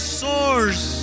source